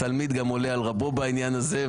התלמיד גם עולה על רבו בעניין הזה,